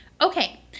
Okay